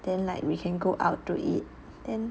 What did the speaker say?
then like we can go out to eat then